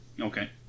Okay